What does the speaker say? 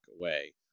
away